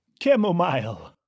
Chamomile